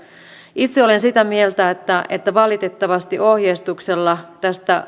itse olen sitä mieltä että että valitettavasti ohjeistuksella tästä